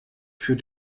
für